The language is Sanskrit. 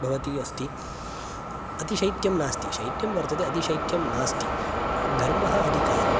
भवती अस्ति अतिशैत्यं नास्ति शैत्यं वर्तते अतिशैत्यं नास्ति घर्मः अधिकः